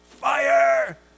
Fire